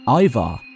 Ivar